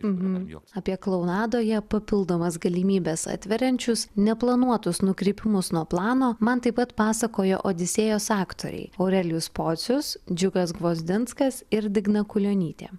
apie klounadoje papildomas galimybes atveriančius neplanuotus nukrypimus nuo plano man taip pat pasakojo odisėjos aktoriai aurelijus pocius džiugas gvazdinskas ir digna kulionytė